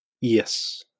Yes